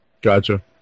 Gotcha